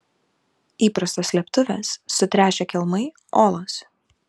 įprastos slėptuvės sutręšę kelmai olos